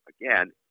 Again